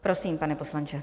Prosím, pane poslanče.